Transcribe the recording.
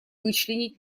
вычленить